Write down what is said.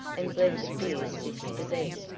and blessed dear sister then.